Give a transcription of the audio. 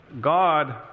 God